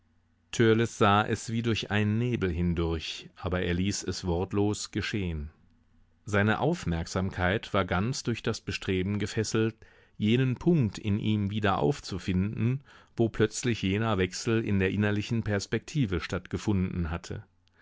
sah es wie durch einen nebel hindurch aber er ließ es wortlos geschehen seine aufmerksamkeit war ganz durch das bestreben gefesselt jenen punkt in ihm wieder aufzufinden wo plötzlich jener wechsel in der innerlichen perspektive stattgefunden hatte